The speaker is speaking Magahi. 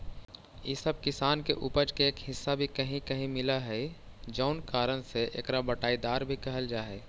इ सब किसान के उपज के एक हिस्सा भी कहीं कहीं मिलऽ हइ जउन कारण से एकरा बँटाईदार भी कहल जा हइ